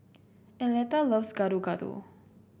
Arletta loves Gado Gado